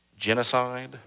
Genocide